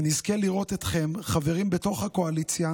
שנזכה לראות אתכם חברים בתוך הקואליציה,